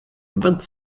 vingt